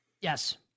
Yes